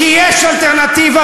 כי יש אלטרנטיבה,